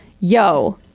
yo